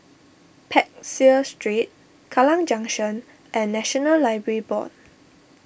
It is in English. Peck Seah Street Kallang Junction and National Library Board